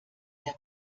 der